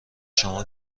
شما